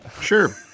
Sure